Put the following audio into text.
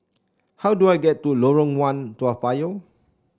how do I get to Lorong One Toa Payoh